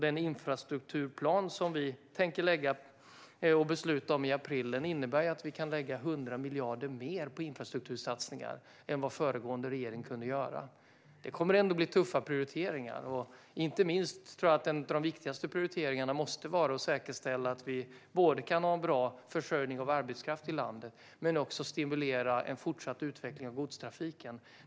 Den infrastrukturplan som vi tänker besluta om i april innebär att vi kan lägga 100 miljarder mer på infrastruktursatsningar än vad föregående regering kunde göra. Det kommer ändå att bli tuffa prioriteringar. Inte minst tror jag att en av de viktigaste prioriteringarna måste vara att säkerställa att vi kan både ha en bra försörjning av arbetskraft i landet och även stimulera en fortsatt utveckling av godstrafiken.